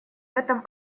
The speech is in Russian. этом